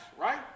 right